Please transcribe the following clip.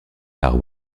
par